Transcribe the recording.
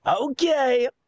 Okay